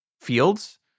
fields